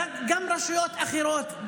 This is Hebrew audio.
גם רשויות אחרות,